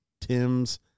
Tim's